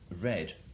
red